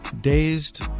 Dazed